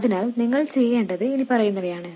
അതിനാൽ നിങ്ങൾ ചെയ്യേണ്ടത് ഇനിപ്പറയുന്നവയാണ്